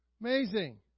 Amazing